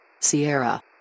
Sierra